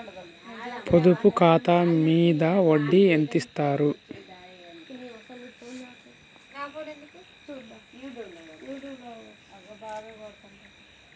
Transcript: పొదుపు ఖాతా మీద వడ్డీ ఎంతిస్తరు?